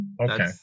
Okay